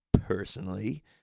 personally